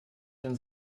denn